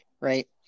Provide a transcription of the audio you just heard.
right